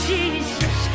Jesus